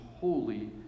holy